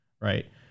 right